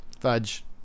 fudge